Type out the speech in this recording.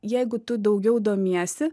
jeigu tu daugiau domiesi